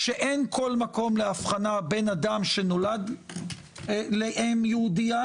שאין כל מקום להבחנה לבין אדם שנולד לאם יהודייה